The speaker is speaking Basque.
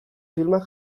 filmak